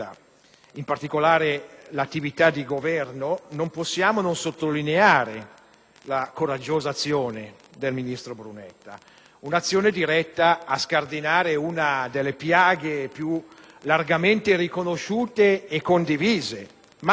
in particolare, l'attività di Governo, non possiamo non sottolineare la coraggiosa azione dello stesso Ministro. Un'azione diretta a scardinare una delle piaghe più largamente riconosciute e condivise, ma,